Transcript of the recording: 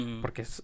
Porque